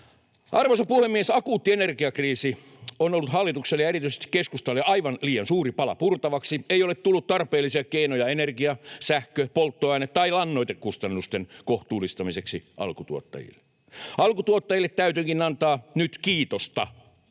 Arvoisa puhemies! Akuutti energiakriisi on ollut hallitukselle ja erityisesti keskustalle aivan liian suuri pala purtavaksi. Ei ole tullut tarpeellisia keinoja energia‑, sähkö‑, polttoaine- tai lannoitekustannusten kohtuullistamiseksi alkutuottajille. Alkutuottajille täytyykin antaa nyt kiitosta.